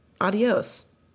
Adios